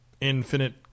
infinite